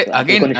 again